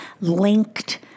linked